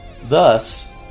Thus